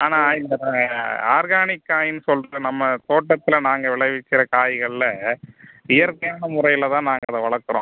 ஆனால் இந்த ஆர்கானிக் காய்னு சொல்லிட்டு நம்ம தோட்டத்தில் நாங்கள் விளைவிக்கிற காய்கள்லே இயற்கையான முறையில் தான் நாங்கள் அதை வளர்க்குறோம்